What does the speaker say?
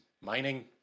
mining